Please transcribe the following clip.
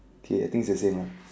kay I think it's the same lah